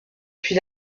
puis